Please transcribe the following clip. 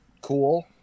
cool